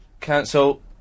cancel